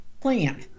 plan